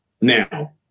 now